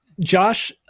Josh